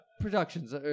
productions